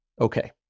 Okay